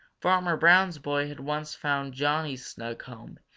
farmer brown's boy had once found johnny's snug home,